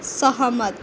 सहमत